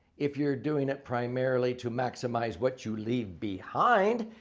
if you're doing it primarily to maximize what you leave behind,